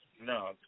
No